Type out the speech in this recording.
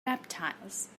reptiles